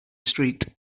street